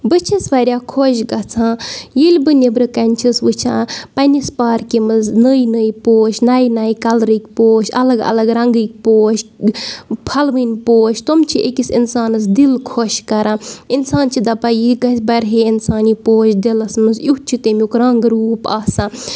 بہٕ چھَس واریاہ خۄش گژھان ییٚلہِ بہٕ نیبرٕ کنۍ چھَس وٕچھان پَنٕنِس پارکہِ منٛز نٔے نٔے پوش نایہِ نایہِ کَلرٕکۍ پوش الگ اگ رنگٕکۍ پوش پھلوٕنۍ پوش تِم چھِ أکِس اِنسانس دِل خۄش کران اِنسان چھُ دَپان یہِ گژھِ بَرِ ہے یہِ پوش دِلس منٛز یُتھ چھُ تَمیُک رنگ روٗپ آسان